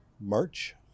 March